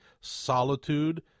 solitude